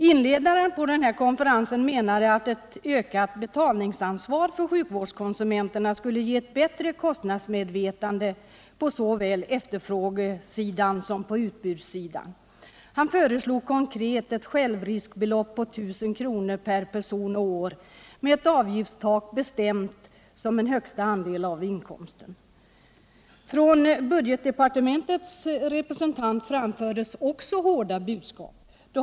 Inledaren på den här konferensen menade att ett ökat betalningsansvar för sjukvårdskonsumenterna skulle ge ett bättre kostnadsmedvetande på såväl efterfrågesidan som utbudssidan. Han föreslog konkret ett självriskbelopp på 1 000 kr. per person och år med ett avgiftstak bestämt som en högsta andel av inkomsten. Budgetdepartementets representant kom också med hårda budskap.